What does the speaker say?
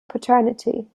paternity